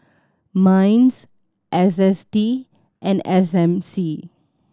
MINDS S S T and S M C